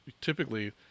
typically